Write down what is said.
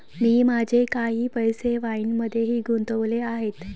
मी माझे काही पैसे वाईनमध्येही गुंतवले आहेत